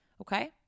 okay